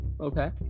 okay